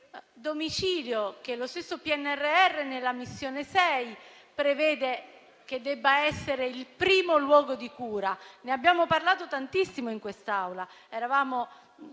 quello che lo stesso PNRR, alla Missione 6 prevede che debba essere il primo luogo di cura. Ne abbiamo parlato tantissimo in quest'Aula: eravamo